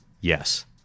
Yes